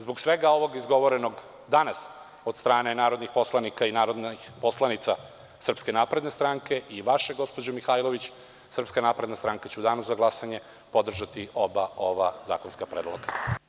Zbog svega ovoga izgovorenog danas od strane narodnih poslanika i narodnih poslanica SNS i vaše gospođo Mihajlović SNS će u Danu za glasanje podržati oba ova zakonska predloga.